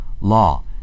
law